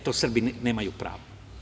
Eto, Srbi nemaju pravo.